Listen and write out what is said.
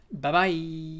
Bye-bye